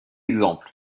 exemples